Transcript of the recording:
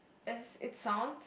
as is sounds